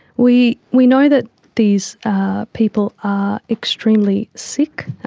we we know that these people are extremely sick,